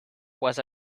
was